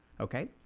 okay